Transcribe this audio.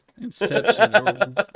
Inception